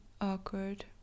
awkward